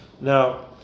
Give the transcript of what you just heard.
Now